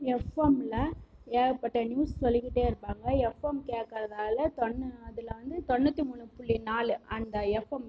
எஃப்எம்மில் ஏகப்பட்ட நியூஸ் சொல்லிகிட்டே இருப்பாங்க எஃப்எம் கேட்கறதுனால தொண்ணு அதில் வந்து தொண்ணூற்றி மூணு புள்ளி நாலு அந்த எஃப்எம்